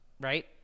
right